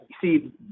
see